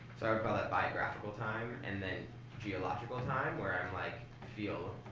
call that biographical time. and then geological time where i like feel